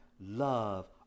Love